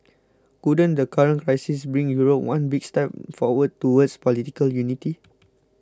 couldn't the current crisis bring Europe one big step forward towards political unity